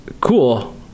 Cool